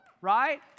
right